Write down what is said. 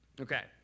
Okay